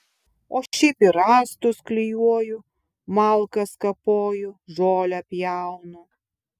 o šiaip ir rąstus klijuoju malkas kapoju žolę pjaunu